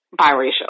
biracial